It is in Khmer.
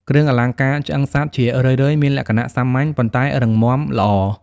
គ្រឿងអលង្ការឆ្អឹងសត្វ ជារឿយៗមានលក្ខណៈសាមញ្ញ ប៉ុន្តែរឹងមាំល្អ។